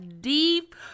deep